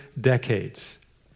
decades